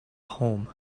home